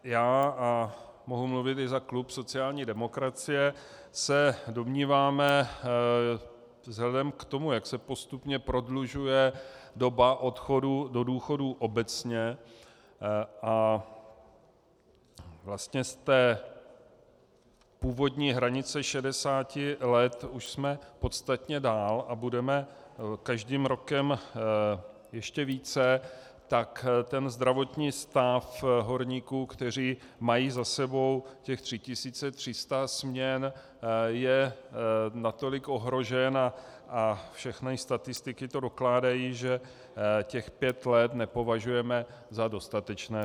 Já a mohu mluvit i za klub sociální demokracie se domníváme vzhledem k tomu, jak se postupně prodlužuje doba odchodu do důchodu obecně a vlastně z té původní hranice 60 let už jsme podstatně dál a budeme každým rokem ještě více, tak ten zdravotní stav horníků, kteří mají za sebou těch 3 300 směn, je natolik ohrožen a všechny statistiky to dokládají, že těch pět let nepovažujeme za dostatečné.